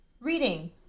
reading